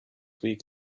week